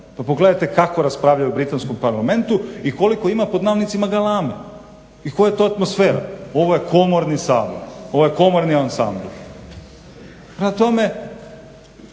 Pa pogledajte kako raspravljaju u britanskom Parlamentu i koliko ima pod navodnicima galame i koja je to atmosfera. Ovo je komorni Sabor, ovo je komorni ansambl. Prema tome,